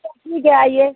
ठीक है आइए